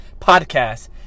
podcast